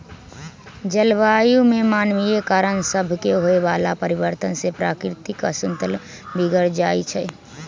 जलवायु में मानवीय कारण सभसे होए वला परिवर्तन से प्राकृतिक असंतुलन बिगर जाइ छइ